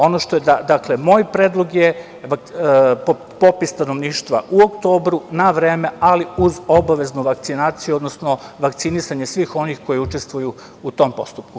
Ono što je moj predlog je popis stanovništva u oktobru, na vreme, ali uz obaveznu vakcinaciju, odnosno vakcinisanje svih onih koji učestvuju u tom postupku.